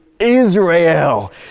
Israel